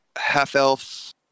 half-elf